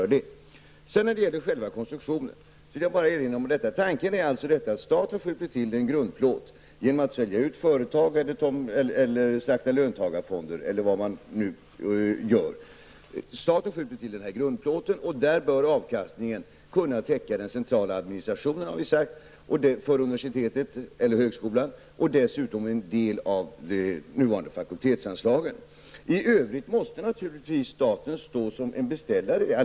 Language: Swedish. När det sedan gäller själva konstruktionen vill jag bara erinra om att tanken är att staten skjuter till en grundplåt genom att sälja ut företag, slakta löntagarfonder eller vad man nu gör. Staten skjuter till den här grundplåten, och avkastningen bör kunna täcka den centrala administrationen, har vi sagt, för universitetet eller högskolan och dessutom en del av den nuvarande fakultetsanslagen. I övrigt måste naturligtvis staten stå som en beställare.